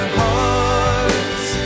hearts